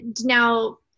now